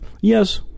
Yes